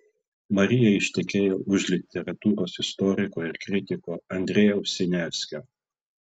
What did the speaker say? marija ištekėjo už literatūros istoriko ir kritiko andrejaus siniavskio